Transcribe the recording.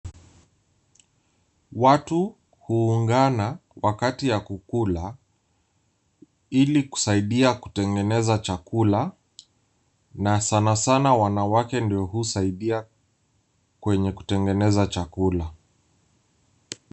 Watu huungana wakati ya kukula ilikusaidia kutegeneza chakula na sanasana wanawake ndio husaidia kwenye kutengeneza chakula.